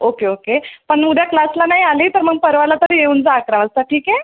okay okay पण उद्या क्लासला नाही आली तर मग परवाला तरी येऊन जा अकरा वाजता ठीक आहे